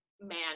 man